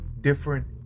different